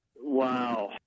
Wow